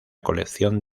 colección